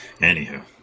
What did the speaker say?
Anywho